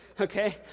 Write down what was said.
okay